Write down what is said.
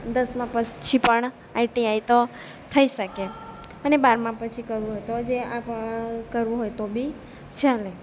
દસમા પછી પણ આઈટીઆઈ તો થઈ શકે અને બારમા પછી જે કરવું હોય તો બી ચાલે